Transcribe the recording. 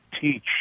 teach